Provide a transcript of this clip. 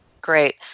Great